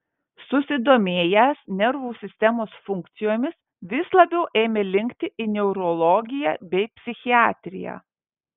susidomėjęs nervų sistemos funkcijomis vis labiau ėmė linkti į neurologiją bei psichiatriją